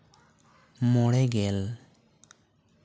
ᱢᱚᱬᱮ ᱜᱮᱞ